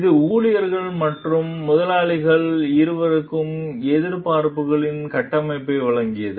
இது ஊழியர்கள் மற்றும் முதலாளிகள் இருவருக்கும் எதிர்பார்ப்புகளின் கட்டமைப்பை வழங்கியது